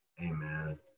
Amen